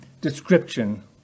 description